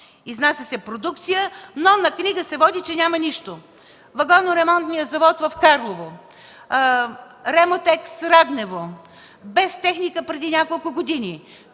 изнася се продукция, но на книга се води, че няма нищо – Вагоно-ремонтният завод в Карлово, „Ремотекс” – Раднево, „Бесттехника” преди няколко години,